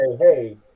Hey